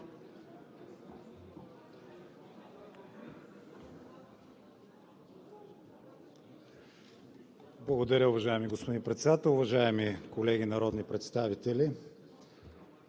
България): Уважаеми господин Председател, уважаеми колеги народни представители!